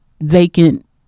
vacant